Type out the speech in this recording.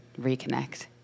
reconnect